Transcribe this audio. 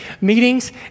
meetings